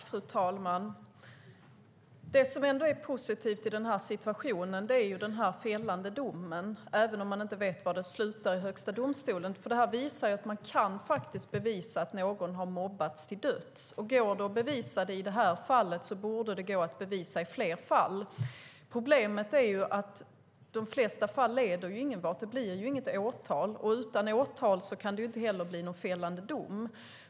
Fru talman! Det som ändå är positivt i den här situationen är den fällande domen, även om man inte vet hur det kommer att gå i Högsta domstolen, för den visar att man faktiskt kan bevisa att någon har mobbats till döds. Går det att bevisa det i det här fallet borde det gå att bevisa i fler fall. Problemet är att de flesta fall inte leder någon vart. Det blir inget åtal, och utan åtal kan det inte heller bli någon fällande dom.